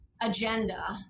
agenda